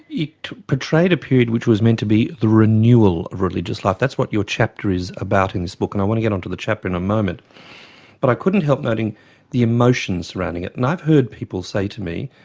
it portrayed a period which was meant to be the renewal of religious life that's what your chapter is about this book and i want to get on to the chapter in a moment but i couldn't help noting the emotion surrounding it. and i've heard people say to me,